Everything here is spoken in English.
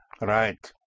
Right